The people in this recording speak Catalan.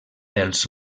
els